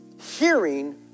Hearing